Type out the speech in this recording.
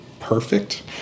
Perfect